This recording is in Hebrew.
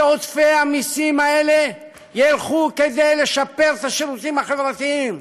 היא שעודפי המסים האלה ילכו כדי לשפר את השירותים החברתיים,